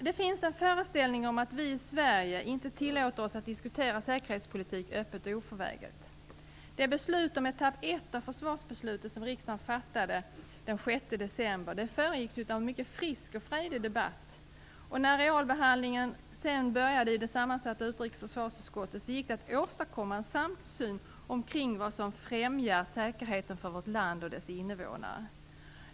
Det finns en föreställning om att vi i Sverige inte tillåter oss att diskutera säkerhetspolitik öppet och oförväget. Det beslut om etapp 1 av försvarsbeslutet som riksdagen fattade den 6 december föregicks av en mycket frisk och frejdig debatt. När realbehandlingen sedan började i det sammansatta utrikes och försvarsutskottet gick det att åstadkomma en samsyn kring vad som främjar säkerheten för vårt land och dess innevånare.